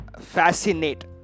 Fascinate